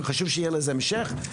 וחשוב שיהיה לזה המשך,